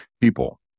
people